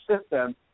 system